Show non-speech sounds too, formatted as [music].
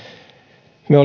me [unintelligible]